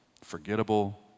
forgettable